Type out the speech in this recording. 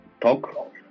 talk